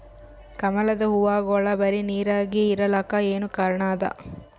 ಕಮಲದ ಹೂವಾಗೋಳ ಬರೀ ನೀರಾಗ ಇರಲಾಕ ಏನ ಕಾರಣ ಅದಾ?